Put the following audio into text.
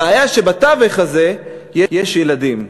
הבעיה שבתווך הזה יש ילדים.